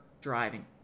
driving